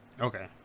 Okay